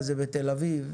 יש ייבוא גבינות,